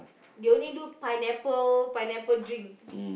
they only do pineapple pineapple drink